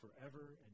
forever